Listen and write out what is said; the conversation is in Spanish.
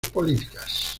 políticas